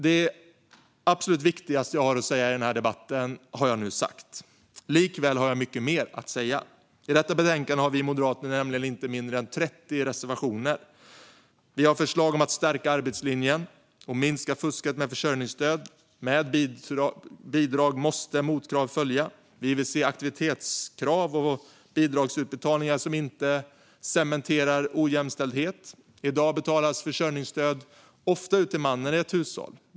Det absolut viktigaste som jag har att säga i denna debatt har jag nu sagt. Likväl har jag mycket mer att säga. I detta betänkande har vi moderater nämligen inte mindre än 30 reservationer. Vi har förslag om att stärka arbetslinjen och minska fusket med försörjningsstöd. Med bidrag måste motkrav följa. Vi vill se aktivitetskrav och bidragsutbetalningar som inte cementerar ojämställdhet. I dag betalas försörjningsstöd ofta ut till mannen i ett hushåll.